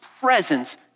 presence